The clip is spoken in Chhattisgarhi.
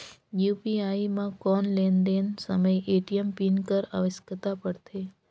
यू.पी.आई म कौन लेन देन समय ए.टी.एम पिन कर आवश्यकता पड़थे?